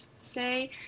say